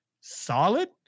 solid